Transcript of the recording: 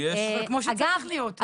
כמו שצריך להיות.